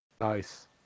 nice